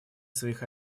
своих